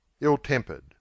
ill-tempered